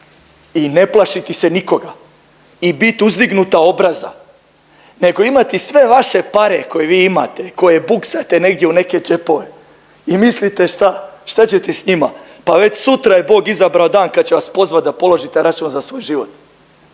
i ne plašiti se nikoga i biti uzdignuta obraza nego imati sve vaše pare koje vi imate, koje buksate negdje u neke džepove i mislite šta, šta ćete s njima, pa već sutra je Bog izabrao dan kad će vas pozvat da položite račun za svoj život.